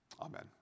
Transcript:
amen